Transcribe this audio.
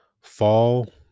fall